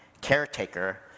caretaker